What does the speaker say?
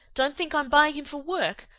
don't think i'm buying him for work.